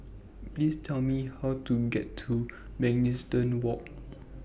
Please Tell Me How to get to Mugliston Walk